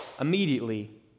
immediately